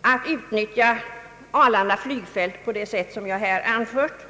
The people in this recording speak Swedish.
att utnyttja Arlanda flygfält på det sätt som jag här anfört.